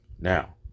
Now